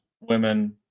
women